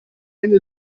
eine